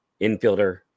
infielder